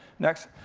next.